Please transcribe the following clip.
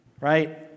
Right